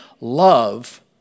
love